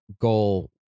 goal